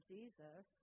Jesus